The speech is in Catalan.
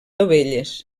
dovelles